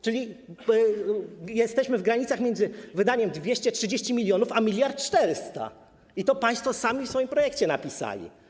Czyli jesteśmy w granicach między wydaniem 230 mln a 1400 mln i to państwo w swoim projekcie napisali.